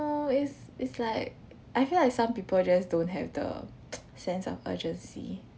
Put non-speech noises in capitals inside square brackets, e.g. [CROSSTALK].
it's it's like I feel like some people just don't have the [NOISE] sense of urgency